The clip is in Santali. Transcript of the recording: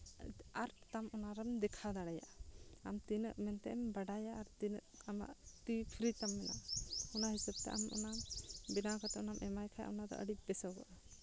ᱟᱨᱴ ᱛᱟᱢ ᱚᱱᱟᱨᱮᱢ ᱫᱮᱠᱷᱟᱣ ᱫᱟᱲᱮᱭᱟᱜᱼᱟ ᱟᱢ ᱛᱤᱱᱟᱹᱜ ᱢᱮᱱᱛᱮᱢ ᱵᱟᱰᱟᱭᱟ ᱟᱨ ᱛᱤᱱᱟᱹᱜ ᱟᱢᱟᱜ ᱛᱤ ᱯᱷᱨᱤ ᱛᱟᱢ ᱦᱮᱱᱟᱜᱼᱟ ᱚᱱᱟ ᱦᱤᱥᱟᱹᱵ ᱛᱮ ᱚᱱᱟ ᱵᱮᱱᱟᱣ ᱠᱟᱛᱮᱢ ᱮᱢᱟᱭ ᱠᱷᱟᱱ ᱚᱱᱟᱫᱚ ᱟᱹᱰᱤ ᱵᱮᱥᱚᱜᱼᱟ